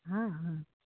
हँ हँ